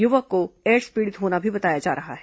युवक को एड्स पीड़ित होना भी बताया जा रहा है